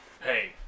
Hey